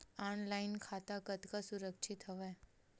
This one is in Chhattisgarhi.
ऑनलाइन खाता कतका सुरक्षित हवय?